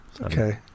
Okay